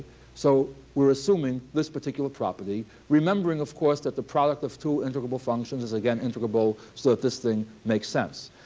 so we're assuming this particular property, remembering of course that the product of two integral functions is, again, integrable so that this thing makes sense.